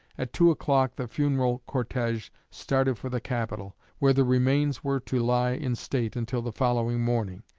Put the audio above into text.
at two o'clock the funeral cortege started for the capitol, where the remains were to lie in state until the following morning.